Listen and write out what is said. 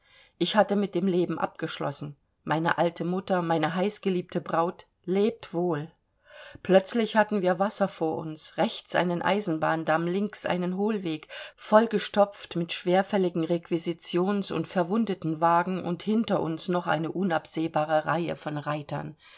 ich hatte mit dem leben abgeschlossen meine alte mutter meine heißgeliebte braut lebt wohl plötzlich hatten wir wasser vor uns rechts einen eisenbahndamm links einen hohlweg vollgestopft mit schwerfälligen requisitions und verwundetenwagen und hinter uns noch eine unabsehbare reihe von reitern